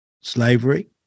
slavery